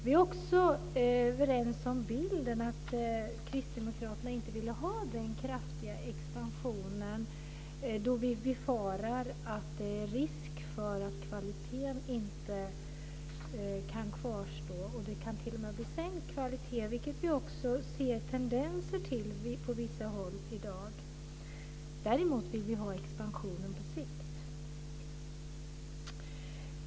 Vi är också överens om bilden att kristdemokraterna inte ville ha denna kraftiga expansion, då vi befarar att det finns en risk för att kvaliteten inte kan kvarstå. Det kan t.o.m. bli sänkt kvalitet, vilket vi också ser tendenser till på vissa håll i dag. Däremot vill vi ha expansionen på sikt.